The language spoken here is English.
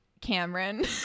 Cameron